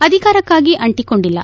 ಅಧಿಕಾರಕ್ಕಾಗಿ ಅಂಟಿಕೊಂಡಿಲ್ಲ